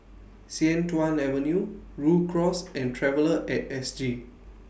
Sian Tuan Avenue Rhu Cross and Traveller At S G